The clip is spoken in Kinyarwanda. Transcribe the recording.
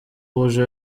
rouge